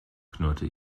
knurrte